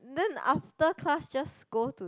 then after class just go to